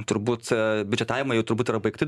turbūt biudžetavimai jau turbūt yra baigti